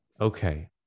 Okay